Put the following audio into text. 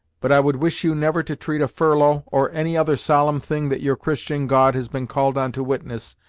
but i would wish you never to treat a furlough, or any other solemn thing that your christian god has been called on to witness,